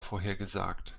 vorhergesagt